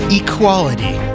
equality